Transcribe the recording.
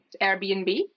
airbnb